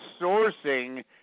sourcing